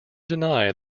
deny